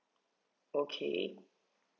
okay